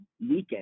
weekend